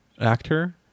actor